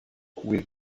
with